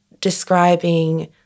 describing